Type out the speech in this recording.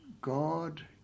God